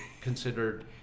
considered